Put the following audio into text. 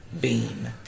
Bean